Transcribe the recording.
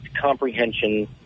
comprehension